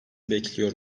bekliyor